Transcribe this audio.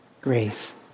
grace